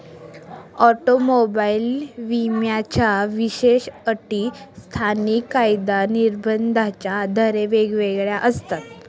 automobile विम्याच्या विशेष अटी स्थानिक कायदा निर्बंधाच्या आधारे वेगवेगळ्या असतात